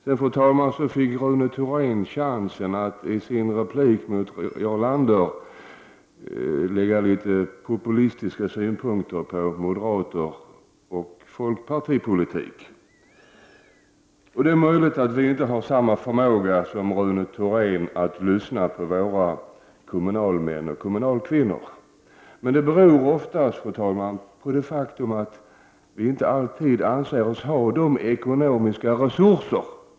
Rune Thorén fick sedan chansen att i sin replik mot Jarl Lander anlägga litet populistiska synpunkter på moderatoch folkpartipolitik. Det är möjligt att vi inte har samma förmåga som Rune Thorén att lyssna på våra kommunalmän och kommunalkvinnor. Men det beror oftast, fru talman, på att vi inte alltid anser oss ha de ekonomiska resurserna.